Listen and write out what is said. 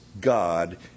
God